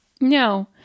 No